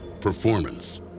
performance